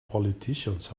politicians